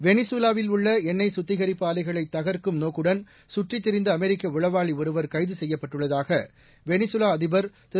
வெளிசுலாவில் உள்ள எண்ணெய் சுத்திகரிப்பு ஆலைகளை தகர்க்கும் நோக்குடன் சுற்றித் திரிந்த அமெரிக்க உளவாளி ஒருவர் கைது செய்யப்பட்டுள்ளதாக வெளிகவா அதிபர் திரு